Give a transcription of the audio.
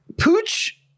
Pooch